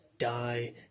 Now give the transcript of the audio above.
die